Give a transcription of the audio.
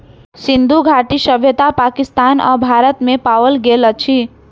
सिंधु घाटी सभ्यता पाकिस्तान आ भारत में पाओल गेल अछि